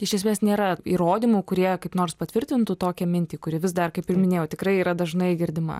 iš esmės nėra įrodymų kurie kaip nors patvirtintų tokią mintį kuri vis dar kaip ir minėjau tikrai yra dažnai girdima